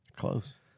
Close